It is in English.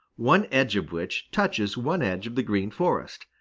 one edge of which touches one edge of the green forest.